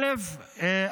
א.